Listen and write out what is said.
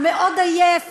הוא מאוד עייף.